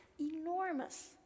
enormous